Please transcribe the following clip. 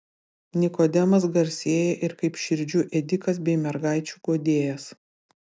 nikodemas garsėja ir kaip širdžių ėdikas bei mergaičių guodėjas